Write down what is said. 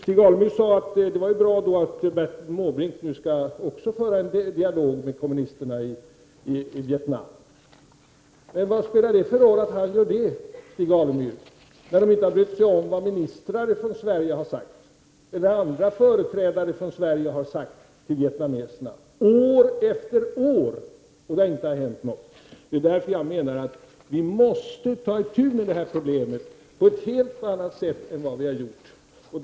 Stig Alemyr sade att det var bra att också Bertil Måbrink nu skall föra en dialog med kommunisterna i Vietnam. Vad spelar det för roll att han gör det, Stig Alemyr, när de inte har brytt sig om vad ministrar eller andra företrädare från Sverige har sagt år efter år? Det har inte hänt något. Det är därför jag menar att det är nödvändigt att ta itu med det här problemet på ett helt annat sätt än hittills.